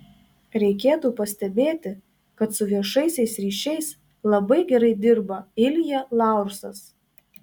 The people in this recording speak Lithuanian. reikėtų pastebėti kad su viešaisiais ryšiais labai gerai dirba ilja laursas